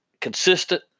consistent